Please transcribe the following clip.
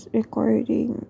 recording